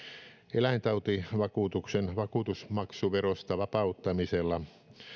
eläintautivakuutuksen vakuutusmaksuverosta vapauttamisella